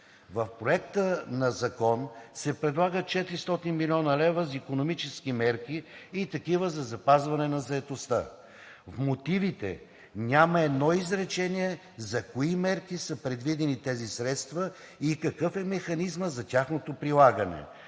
В Проекта на закон се предлага 400 млн. лв. за икономически мерки и такива за запазване на заетостта. В мотивите няма едно изречение за кои мерки са предвидени тези средства и какъв е механизмът за тяхното прилагане.